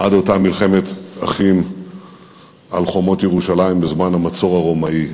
עד אותה מלחמת אחים על חומות ירושלים בזמן המצור הרומאי.